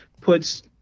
puts